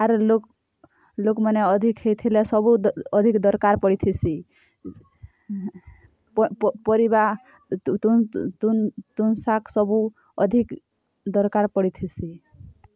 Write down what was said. ଆରୁ ଲୋକ୍ ଲୋକ୍ମାନେ ଅଧିକ୍ ହେଇଥିଲେ ସବୁ ଅଧିକ୍ ଦରକାର ପଡ଼ି ଥିସି ପ ପ ପରିବା ତୁନ୍ ତୁନ୍ ତୁନ୍ ଶାଗ ସବୁ ଅଧିକ୍ ଦରକାର ପଡ଼ିଥିସି